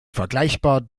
vergleichbar